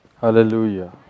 Hallelujah